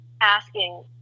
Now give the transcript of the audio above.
asking